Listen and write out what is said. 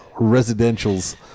residentials